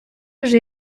вже